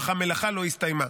אך המלאכה לא הסתיימה.